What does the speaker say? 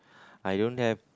I don't have